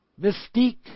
mystique